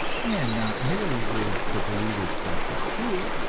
and not merely were the believers just as cruel,